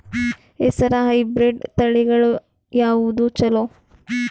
ಹೆಸರ ಹೈಬ್ರಿಡ್ ತಳಿಗಳ ಯಾವದು ಚಲೋ?